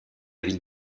ville